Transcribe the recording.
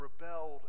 rebelled